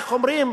איך אומרים,